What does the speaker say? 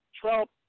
Trump